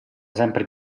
sempre